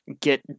get